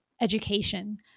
education